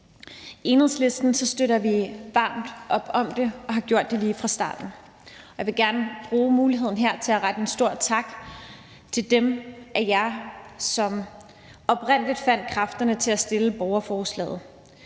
Enhedslisten støtter vi varmt op om det og har gjort det lige fra starten, og jeg vil gerne bruge muligheden her til at rette en stor tak til dem af jer, som oprindelig fandt kræfterne til at stille borgerforslaget.